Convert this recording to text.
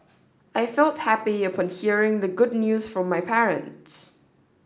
I felt happy upon hearing the good news from my parents